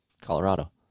Colorado